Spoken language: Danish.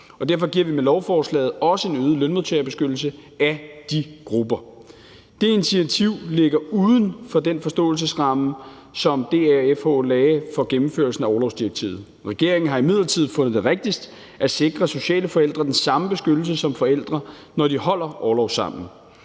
Derfor giver vi med lovforslaget også en øget lønmodtagerbeskyttelse af de grupper. Det initiativ ligger uden for den forståelsesramme, som DA og FH lagde for gennemførelsen af orlovsdirektivet. Regeringen har imidlertid fundet det rigtigst at sikre sociale forældre den samme beskyttelse som forældre, når de holder orlov sammen.